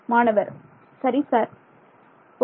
மாணவர் சரி sir okay